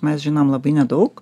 mes žinom labai nedaug